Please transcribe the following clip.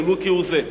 ולו כהוא זה.